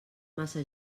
massa